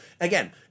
Again